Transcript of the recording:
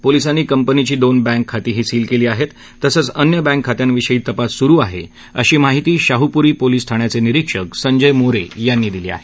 पोलिसांनी कंपनीची दोन बँक खातीही सील केली आहेत तसंच अन्य बँक खात्यांविषयी तपास सुरु आहे अशी माहिती शाहूपूरी पोलिस ठाण्याचे निरीक्षक संजय मोरे यांनी दिली आहे